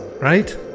right